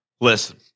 Listen